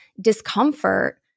discomfort